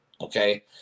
Okay